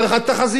תחזיות.